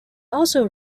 also